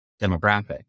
demographic